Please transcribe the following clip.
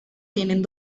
tienen